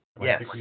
Yes